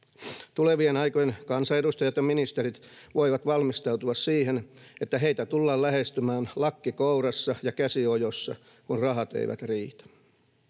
Tulevien aikojen kansanedustajat ja ministerit voivat valmistautua siihen, että heitä tullaan lähestymään lakki kourassa ja käsi ojossa, kun rahat eivät riitä.